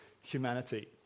humanity